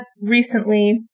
recently